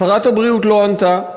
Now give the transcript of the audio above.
שרת הבריאות לא ענתה,